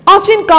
Often